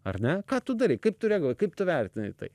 ar ne ką tu darei kaip tu reagavai kaip tu vertinai tai